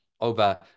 over